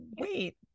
wait